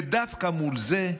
ודווקא מול זה,